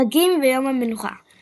חגים ויום המנוחה